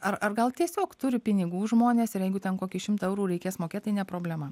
ar ar gal tiesiog turi pinigų žmonės ir jeigu ten kokį šimtą eurų reikės mokėt tai ne problema